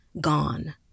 gone